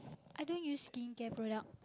I don't use skincare product